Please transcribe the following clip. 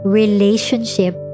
relationship